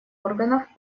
органов